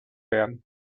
werden